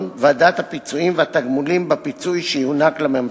ועדת הפיצויים והתמלוגים בפיצוי שיוענק לממציא.